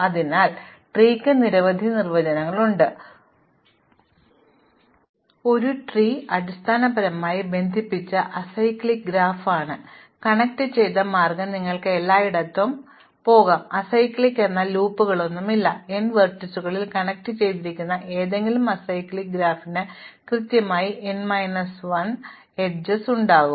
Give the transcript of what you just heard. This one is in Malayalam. അതിനാൽ വൃക്ഷങ്ങൾക്ക് നിരവധി നിർവചനങ്ങൾ ഉണ്ട് പക്ഷേ ഒരു വൃക്ഷം അടിസ്ഥാനപരമായി ബന്ധിപ്പിച്ച അസൈക്ലിക്ക് ഗ്രാഫ് ആണ് കണക്റ്റുചെയ്ത മാർഗ്ഗം നിങ്ങൾക്ക് എല്ലായിടത്തുനിന്നും എല്ലായിടത്തും പോകാം അസൈക്ലിക്ക് എന്നാൽ ലൂപ്പുകളൊന്നുമില്ലെന്നും n വെർട്ടീസുകളിൽ കണക്റ്റുചെയ്തിരിക്കുന്ന ഏതെങ്കിലും അസൈക്ലിക്ക് ഗ്രാഫിന് കൃത്യമായി n മൈനസ് 1 അറ്റങ്ങൾ ഉണ്ടാകും